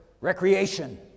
recreation